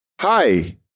Hi